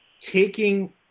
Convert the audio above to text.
taking